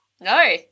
No